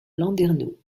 landerneau